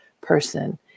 person